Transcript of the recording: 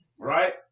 right